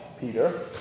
Peter